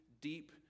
deep